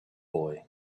boy